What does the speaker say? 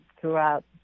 throughout